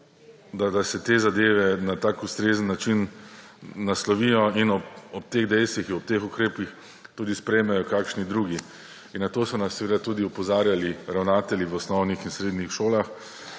da se te zadeve na nek ustrezen način naslovijo in ob teh dejstvih, ob teh ukrepih tudi sprejmejo kakšni drugi. In na to so nas seveda tudi opozarjali ravnatelji v osnovnih in srednjih šolah,